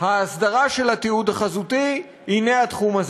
ההסדרה של התיעוד החזותי, זה התחום הזה.